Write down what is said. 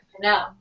No